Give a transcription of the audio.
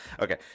okay